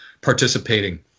participating